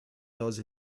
those